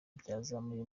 byazamuye